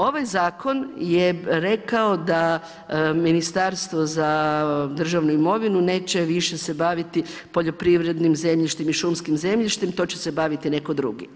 Ovaj zakon je rekao da Ministarstvo za državnu imovinu neće više se baviti poljoprivrednim zemljištem i šumskim zemljištem, to će se baviti neko drugi.